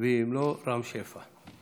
ואם לא, רם שפע.